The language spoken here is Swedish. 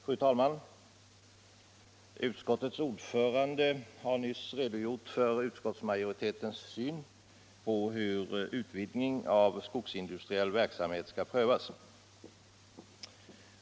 Fru talman! Utskottets ordförande har nyss redogjort för utskottsmajoritetens syn på hur utvidgning av skogsindustriell verksamhet skall prövas.